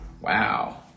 Wow